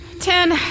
Ten